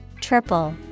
triple